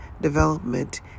development